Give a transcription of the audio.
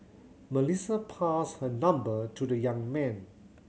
Melissa passed her number to the young man